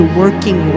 working